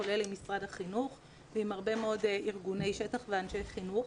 כולל עם משרד החינוך ועם הרבה מאוד ארגוני שטח ואנשי חינוך.